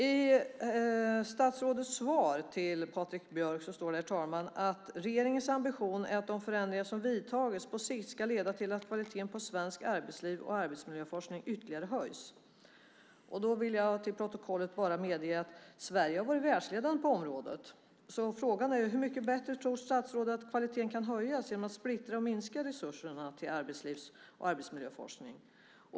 I statsrådets svar till Patrik Björck, herr talman, står det: "Regeringens ambition är att de förändringar som vidtagits på sikt ska leda till att kvaliteten på svensk arbetslivs och arbetsmiljöforskning ytterligare höjs." Då vill jag bara få fört till protokollet att Sverige har varit världsledande på området. Frågan är då: Hur mycket tror statsrådet att kvaliteten kan höjas genom att man splittrar och minskar resurserna till arbetslivs och arbetsmiljöforskning?